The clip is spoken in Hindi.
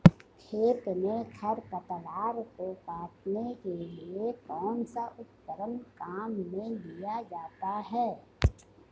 खेत में खरपतवार को काटने के लिए कौनसा उपकरण काम में लिया जाता है?